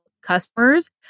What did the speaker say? customers